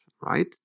right